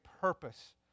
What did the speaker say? purpose